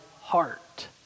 heart